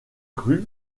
grue